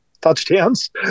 touchdowns